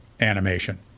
animation